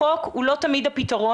החוק הוא לא תמיד הפתרון,